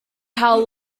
how